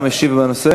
3074 ו-3097.